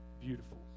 beautiful